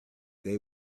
they